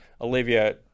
Olivia